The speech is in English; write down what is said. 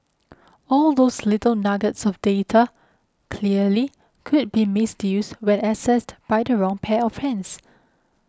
all those little nuggets of data clearly could be misused when accessed by the wrong pair of hands